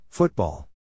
Football